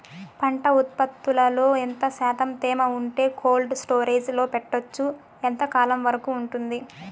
పంట ఉత్పత్తులలో ఎంత శాతం తేమ ఉంటే కోల్డ్ స్టోరేజ్ లో పెట్టొచ్చు? ఎంతకాలం వరకు ఉంటుంది